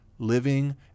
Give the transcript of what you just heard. living